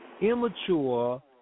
immature